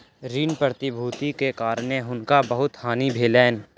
ऋण प्रतिभूति के कारण हुनका बहुत हानि भेलैन